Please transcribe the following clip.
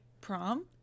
prom